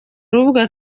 rubuga